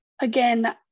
again